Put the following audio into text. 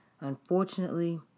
unfortunately